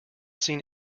seen